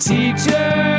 Teacher